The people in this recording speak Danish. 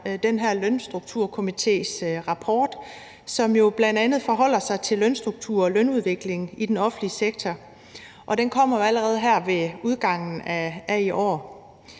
den her Lønstrukturkomités rapport, som jo bl.a. forholder sig til lønstruktur og lønudvikling i den offentlige sektor. Den kommer allerede her ved udgangen af i år.